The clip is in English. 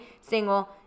single